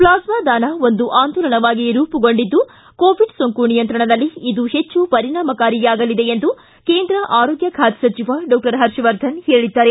plasma ದಾನ ಒಂದು ಆಂದೋಲನವಾಗಿ ರೂಪುಗೊಂಡಿದ್ದು ಕೋವಿಡ್ ಸೋಂಕು ನಿಯಂತ್ರಣದಲ್ಲಿ ಇದು ಪೆಚ್ಚು ಪರಿಣಾಮಕಾರಿಯಾಗಲಿದೆ ಎಂದು ಕೇಂದ್ರ ಆರೋಗ್ಯ ಖಾತೆ ಸಚಿವ ಡಾಕ್ಷರ್ ಹರ್ಷವರ್ಧನ್ ಹೇಳಿದ್ದಾರೆ